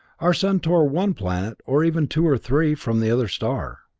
our sun tore one planet, or even two or three, from the other star.